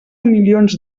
milions